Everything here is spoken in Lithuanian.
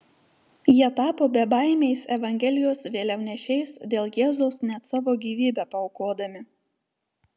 jie tapo bebaimiais evangelijos vėliavnešiais dėl jėzaus net savo gyvybę paaukodami